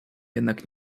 jednak